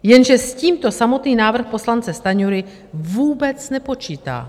Jenže s tímto samotný návrh poslance Stanjury vůbec nepočítá.